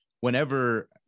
whenever